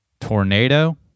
tornado